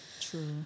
True